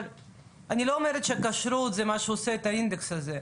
אני לא אומרת שכשרות זה מה שעושה את האינדקס הזה,